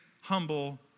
humble